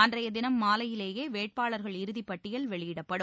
அன்றைய தினம் மாலையிலேயே வேட்பாளர்கள் இறுதிப்பட்டியல் வெளியிடப்படும்